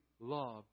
love